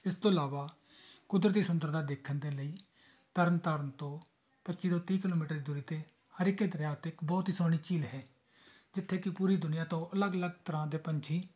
ਇਸ ਤੋਂ ਇਲਾਵਾ ਕੁਦਰਤੀ ਸੁੰਦਰਤਾ ਦੇਖਣ ਦੇ ਲਈ ਤਰਨ ਤਾਰਨ ਤੋਂ ਪੱਚੀ ਤੋਂ ਤੀਹ ਕਿਲੋਮੀਟਰ ਦੀ ਦੂਰੀ 'ਤੇ ਹਰੀਕੇ ਦਰਿਆ ਉੱਤੇ ਇੱਕ ਬਹੁਤ ਹੀ ਸੋਹਣੀ ਝੀਲ ਹੈ ਜਿੱਥੇ ਕਿ ਪੂਰੀ ਦੁਨੀਆ ਤੋਂ ਅਲੱਗ ਅਲੱਗ ਤਰ੍ਹਾਂ ਦੇ ਪੰਛੀ